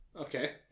Okay